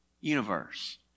universe